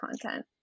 content